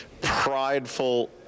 prideful